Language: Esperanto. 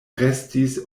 restis